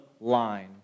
line